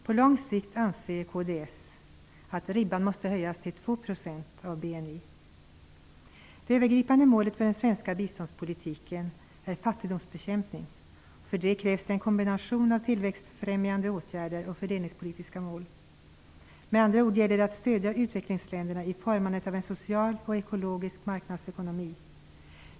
På lång sikt anser kds att ribban måste höjas till 2 % av BNI. Det övergripande målet för den svenska biståndspolitiken är fattigdomsbekämpning. För det krävs det en kombination av tillväxtfrämjande åtgärder och fördelningspolitiska mål. Med andra ord gäller det att stödja utvecklingsländerna i formandet av en social och ekologisk marknadsekonomi.